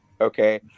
Okay